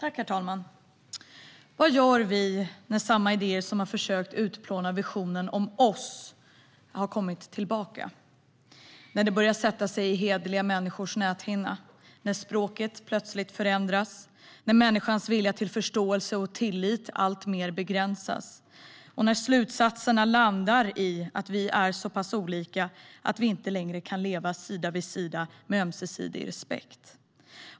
Herr talman! Vad gör vi när samma idéer som har försökt utplåna visionen om oss har kommit tillbaka, när det börjar sätta sig i hederliga människors näthinna, när språket plötsligt förändras, när människans vilja till förståelse och tillit alltmer begränsas och när slutsatserna landar i att vi är så pass olika att vi inte längre kan leva sida vid sida med ömsesidig respekt?